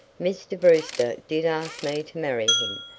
mr. brewster did ask me to marry him,